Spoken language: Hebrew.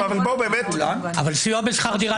אבל סיוע בשכר דירה,